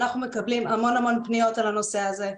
אנחנו מקבלים המון פניות על הנושא הזה,